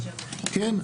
כן,